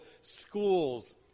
schools